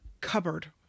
cupboard